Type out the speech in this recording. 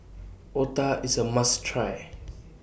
Otah IS A must Try